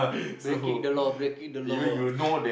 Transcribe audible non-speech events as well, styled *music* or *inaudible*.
breaking the law breaking the law *noise*